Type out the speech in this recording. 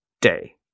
day